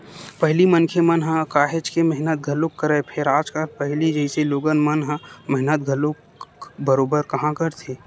पहिली मनखे मन ह काहेच के मेहनत घलोक करय, फेर आजकल पहिली जइसे लोगन मन ह मेहनत घलोक बरोबर काँहा करथे